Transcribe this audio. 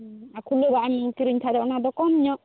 ᱟᱨ ᱠᱷᱩᱞᱟᱹᱣᱟᱜ ᱮᱢ ᱠᱤᱨᱤᱧ ᱠᱷᱟᱱ ᱫᱚ ᱚᱱᱟ ᱫᱚ ᱠᱚᱢ ᱧᱚᱜ